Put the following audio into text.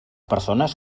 persones